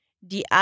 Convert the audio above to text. die